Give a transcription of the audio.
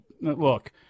look